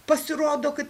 pasirodo kad